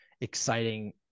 exciting